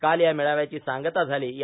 काल या मेळाव्याची सांगता झालों